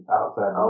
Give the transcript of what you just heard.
Outside